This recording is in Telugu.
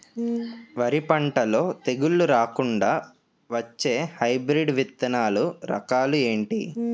వరి పంటలో తెగుళ్లు రాకుండ వచ్చే హైబ్రిడ్ విత్తనాలు రకాలు ఏంటి?